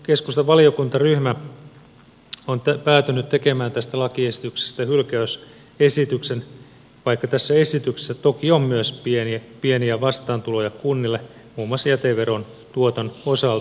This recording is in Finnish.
keskustan valiokuntaryhmä on päätynyt tekemään tästä lakiesityksestä hylkäysesityksen vaikka tässä esityksessä toki on myös pieniä vastaantuloja kunnille muun muassa jäteveron tuoton osalta